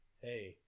hey